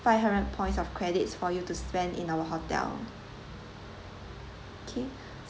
five hundred points of credit for you to spend in our hotel okay